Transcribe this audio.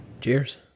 Cheers